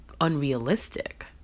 unrealistic